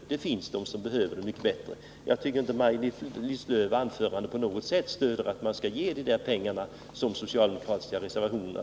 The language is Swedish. Det finns länder som behöver biståndet mycket bättre. Argumenten i Maj-Lis Lööws anförande talar inte på något sätt för att vi skall ge de pengar som föreslås i de socialdemokratiska reservationerna.